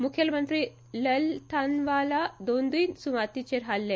मुखेलमंत्री ललथानवाला दोनूंय सूवातींचेर हरले